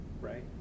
right